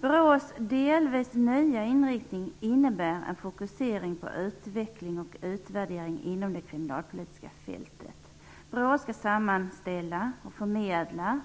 BRÅ:s delvis nya inriktning innebär en fokusering på utveckling och utvärdering inom det kriminalpolitiska fältet. BRÅ skall sammanställa och förmedla